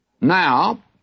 Now